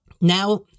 Now